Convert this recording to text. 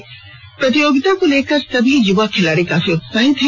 shooting प्रतियोगिता को लेकर सभी युवा खिलाड़ी काफी उत्साहित हैं